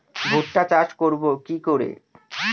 ভুট্টা চাষ করব কি করে?